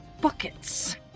buckets